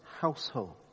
household